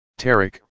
Tarek